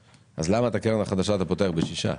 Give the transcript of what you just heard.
למה את הקרן החדשה אתה פותח בשישה?